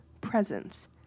presence